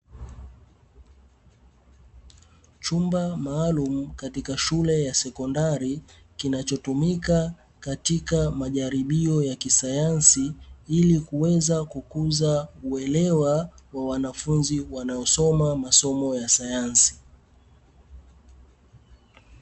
Chumba maalumu katika shule ya sekondari, kinachotumika katika majaribio ya kisayansi, ili kuweza kukuza uelewa wa wanafunzi wanaosoma masomo ya sayansi.